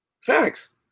Facts